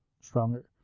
stronger